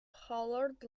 hollered